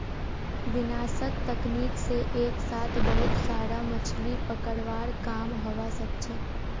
विनाशक तकनीक से एक साथ बहुत सारा मछलि पकड़वार काम हवा सके छे